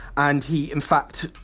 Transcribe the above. and he, in fact,